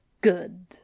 good